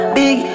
big